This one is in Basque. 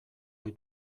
ohi